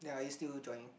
ya are you still joining